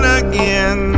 again